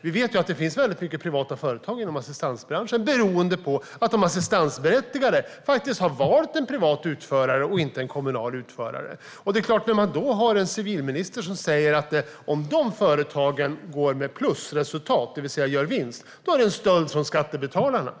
Vi vet att det finns väldigt många privata företag inom assistansbranschen, beroende på att de assistansberättigade faktiskt har valt en privat utförare och inte en kommunal utförare. Då har vi en civilminister som säger att om de företagen går med plusresultat, det vill säga gör vinst, är det en stöld från skattebetalarna.